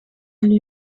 lui